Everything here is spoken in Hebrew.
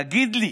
תגיד לי,